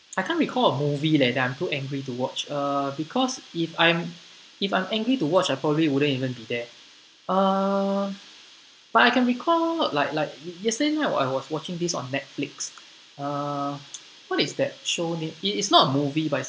I can't recall a movie leh that I'm too angry to watch uh because if I'm if I'm angry to watch I probably wouldn't even be there uh but I can recall like like yes~ yesterday I was watching this on netflix uh what is that show name it is not a movie but is